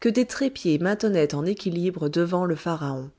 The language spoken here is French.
que des trépieds maintenaient en équilibre devant le pharaon